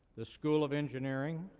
the school of engineering,